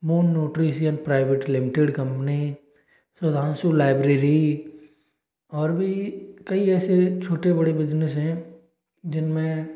मोन nutrition private limited company सोलांशू library और भी कई ऐसे छोटे बड़े बिज़नेस हैं जिनमें